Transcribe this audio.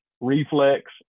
Reflex